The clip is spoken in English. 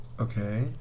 Okay